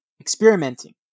experimenting